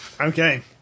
Okay